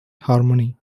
harmony